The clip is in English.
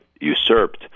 usurped